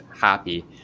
happy